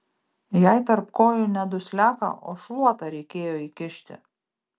jai tarp kojų ne dusliaką o šluotą reikėjo įkišti